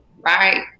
right